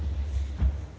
Hvala